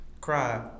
Cry